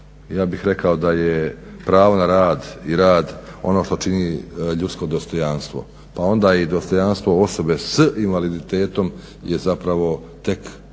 ja bih rekao da je pravo na rad i rad ono što čini ljudsko dostojanstvo pa onda i dostojanstvo osobe s invaliditetom je zapravo tek potpuno